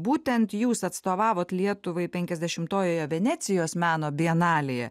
būtent jūs atstovavot lietuvai penkiasdešimtojoje venecijos meno bienalėje